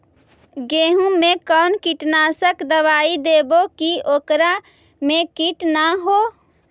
गेहूं में कोन कीटनाशक दबाइ देबै कि ओकरा मे किट न हो?